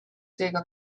seega